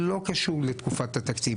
לא קשור לתקופת התקציב.